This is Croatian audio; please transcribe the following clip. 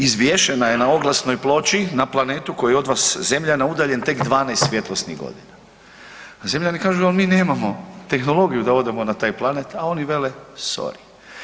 Izvješena je na oglasnoj ploči na planetu koji je od vas zemljana udaljen tek 12 svjetlosnih godina, a zemljani kažu al mi nemamo tehnologiju da odemo na taj planet, a oni vele sorry.